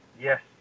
Yes